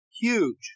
huge